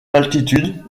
altitude